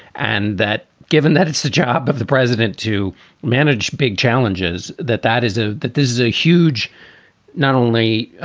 and that given that it's the job of the president to manage big challenges, that that is ah that this is a huge not only